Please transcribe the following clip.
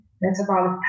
metabolic